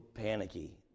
panicky